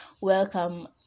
welcome